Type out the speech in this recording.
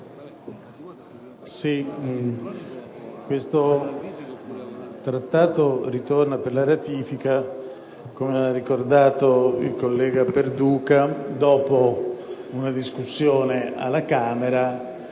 questo Accordo ritorna per la ratifica, come ha ricordato il collega Perduca, dopo una discussione alla Camera